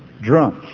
drunk